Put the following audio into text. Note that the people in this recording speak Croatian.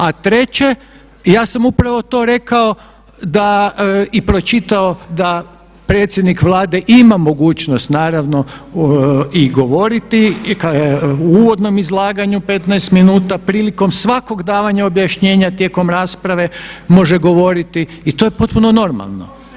A treće, ja sam upravo to rekao da i pročitao da predsjednik Vlade ima mogućnost naravno i govoriti i u uvodnom izlaganju 15 minuta, prilikom svakog davanja objašnjenja tijekom rasprave može govoriti i to je potrebno normalno.